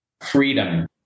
freedom